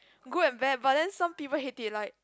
good and bad but then some people hate it like